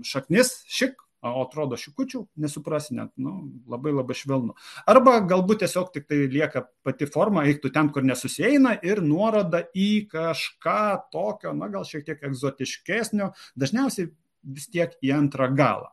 šaknis šik o atrodo šikučių nesupras net nu labai labai švelnu arba galbūt tiesiog tiktai lieka pati forma eitų ten kur nesusieina ir nuoroda į kažką tokio na gal šiek tiek egzotiškesnio dažniausiai vis tiek į antrą galą